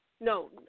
no